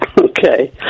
Okay